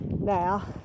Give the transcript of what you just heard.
now